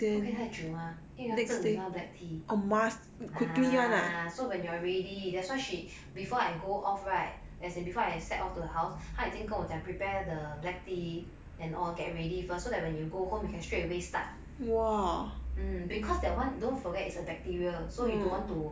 不可以太久吗因为他增 with 那个 black tea ah so when you are ready that's why she before I go off right as in before I set off to her house 她已经跟我讲 prepare the black tea and all get ready first so that when you go home you can straightaway start because that one don't forget is a bacteria so you don't want to like